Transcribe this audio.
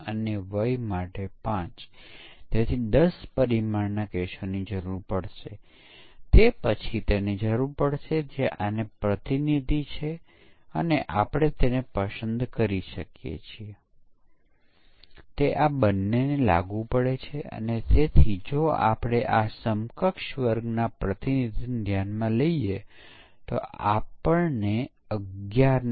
આપણે શા માટે યુનિટ મુજબનું પરીક્ષણ કરવું પડશે અને પછી સિસ્ટમ પરીક્ષણ કરવું જોઈએ આપણે ફક્ત સંપૂર્ણ સિસ્ટમ પરીક્ષણ ન કરી શકિયે